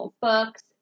books